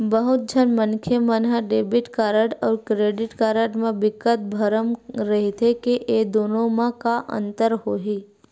बहुत झन मनखे मन ह डेबिट कारड अउ क्रेडिट कारड म बिकट भरम रहिथे के ए दुनो म का अंतर होही?